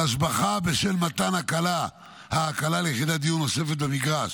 על השבחה בשל מתן ההקלה ליחידת דיור נוספת במגרש